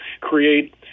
create